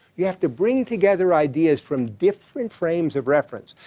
you have to bring together ideas from different frames of reference,